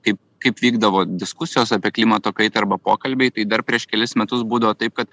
kaip kaip vykdavo diskusijos apie klimato kaitą arba pokalbiai tai dar prieš kelis metus būdavo taip kad